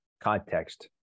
context